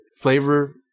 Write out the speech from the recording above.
flavor